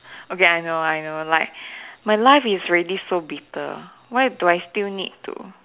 okay I know I know like my life is already so bitter why do I still need to